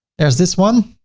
there's this one,